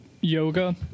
yoga